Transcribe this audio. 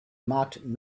marked